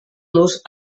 los